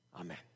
Amen